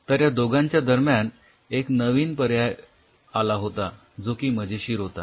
तर या दोघांच्या दरम्यान एक नवीन पर्याय आला होता जो की मजेशीर होता